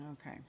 Okay